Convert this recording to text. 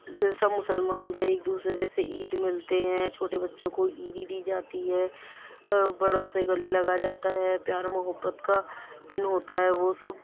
سب مسلمان بھائی ایک دوسرے سے عید ملتے ہیں چھوٹے بچوں کو عیدی دی جاتی ہے بڑوں سے گلے لگا جاتا ہے پیار محبت کا دِن ہوتا ہے وہ سب